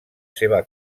seva